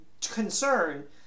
Concern